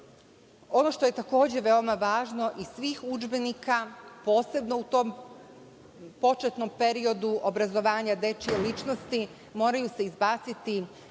Ono što je takođe veoma važno iz svih udžbenika, posebno u tom početnom periodu obrazovanja dečije ličnosti moraju se izbaciti